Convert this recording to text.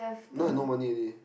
now I no money already